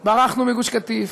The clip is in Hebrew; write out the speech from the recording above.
ברחנו מגוש קטיף,